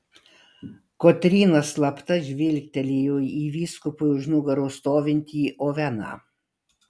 kotryna slapta žvilgtelėjo į vyskupui už nugaros stovintį oveną